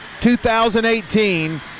2018